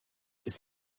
ist